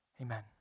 Amen